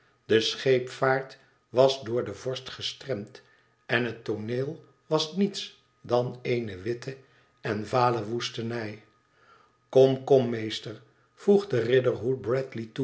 de scheepvaart was door de vorst gestremd en het tooneel was niets dan eene witte en vale woestenij kom kom meester voegde